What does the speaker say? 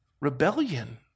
rebellion